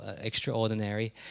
extraordinary